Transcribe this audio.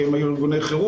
כי הם היו ארגוני חירום,